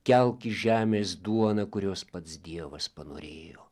kelk iš žemės duoną kurios pats dievas panorėjo